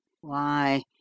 Why